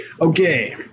Okay